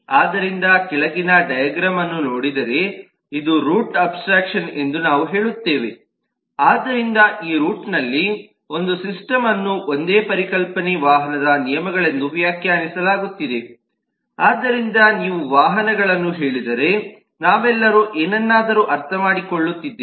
ಆದ್ದರಿಂದ ನಾವು ಕೆಳಗಿನ ಡೈಗ್ರಾಮ್ಅನ್ನು ನೋಡಿದರೆ ಇದು ರೂಟ್ ಅಬ್ಸ್ಟ್ರಾಕ್ಷನ್ ಎಂದು ನಾವು ಹೇಳುತ್ತೇವೆ ಆದ್ದರಿಂದ ಈ ರೂಟ್ನಲ್ಲಿ ಒಂದು ಸಿಸ್ಟಮ್ಅನ್ನು ಒಂದೇ ಪರಿಕಲ್ಪನೆಯ ವಾಹನದ ನಿಯಮಗಳೆಂದು ವ್ಯಾಖ್ಯಾನಿಸಲಾಗುತ್ತಿದೆ ಆದ್ದರಿಂದ ನೀವು ವಾಹನವನ್ನು ಹೇಳಿದರೆ ನಾವೆಲ್ಲರೂ ಏನನ್ನಾದರೂ ಅರ್ಥಮಾಡಿಕೊಳ್ಳುತ್ತೇವೆ